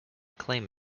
claim